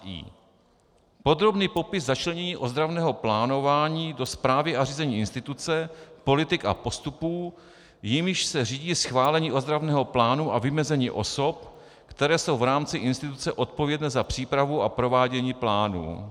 i) podrobný popis začlenění ozdravného plánování do správy a řízení instituce, politik a postupů, jimiž se řídí schválení ozdravného plánu a vymezení osob, které jsou v rámci instituce odpovědné za přípravu a provádění plánu,